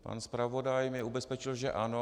Pan zpravodaj mě ubezpečil že ano.